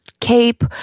cape